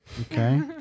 Okay